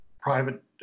private